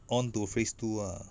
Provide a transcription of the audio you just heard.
on to phase two ah